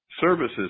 services